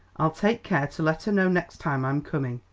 i'll take care to let her know next time i'm coming.